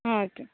ஆ okay